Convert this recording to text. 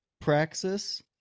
Praxis